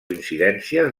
incidències